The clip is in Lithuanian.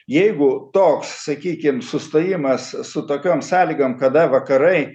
jeigu toks sakykim sustojimas su tokiom sąlygom kada vakarai